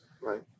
Right